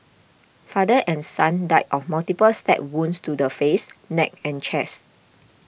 father and son died of multiple stab wounds to the face neck and chest